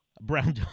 Brown